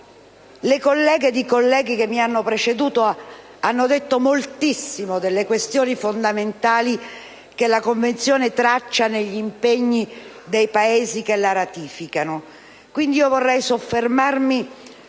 Le colleghe e i colleghi che mi hanno preceduto hanno detto moltissimo delle questioni fondamentali che la Convenzione traccia negli impegni dei Paesi che la ratificano, quindi vorrei soffermarmi